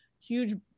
huge